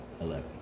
eleven